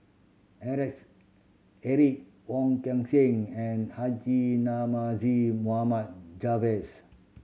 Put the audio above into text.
Alex Eric Wong Kan Seng and Haji Namazie Mohamed